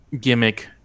gimmick